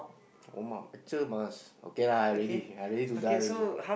oh mom actual must okay lah I ready I ready to die also